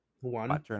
one